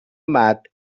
amat